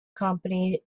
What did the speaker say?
company